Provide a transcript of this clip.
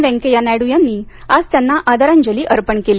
वेन्केय्या नायडू यांनी आज त्यांना आदरांजली अर्पण केली